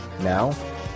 Now